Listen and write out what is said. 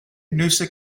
nüsse